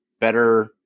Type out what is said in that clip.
better